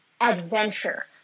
adventure